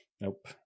Nope